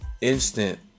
instant